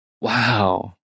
wow